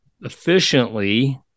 efficiently